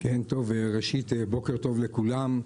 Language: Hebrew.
כן, ראשית בוקר טוב לכולם.